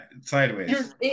sideways